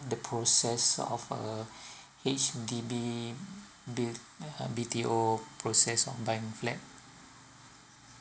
the process of a H_D_B built B_T_O process on buying a flat